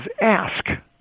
ask